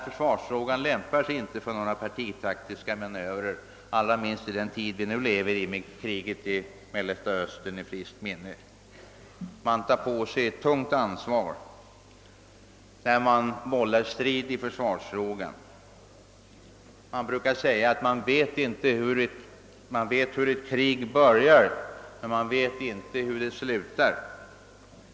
Försvarsfrågan lämpar sig inte för några partitaktiska manövrer, allra minst i den tid som vi nu lever i med kriget i Mellersta Östern i friskt minne. Man tar på sig ett tungt ansvar när man vållar strid i försvarsfrågan. Det brukar sägas att man vet hur ett krig börjar, men man vet inte hur det slutar.